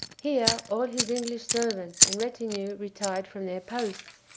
here all his english servants and retinue retired from their posts,